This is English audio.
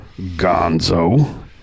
Gonzo